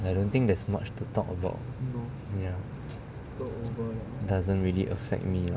I don't think there's much to talk about ya doesn't really affect me lah